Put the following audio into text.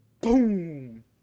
boom